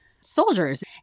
soldiers